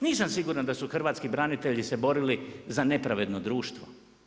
Nisam siguran da su hrvatski branitelji se borili za nepravedno društvo.